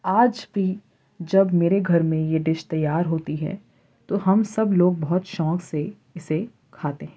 آج بھی جب میرے گھر میں یہ ڈش تیار ہوتی ہے تو ہم سب لوگ بہت شوق سے اسے کھاتے ہیں